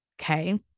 Okay